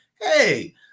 hey